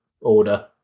order